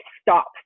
stop